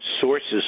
sources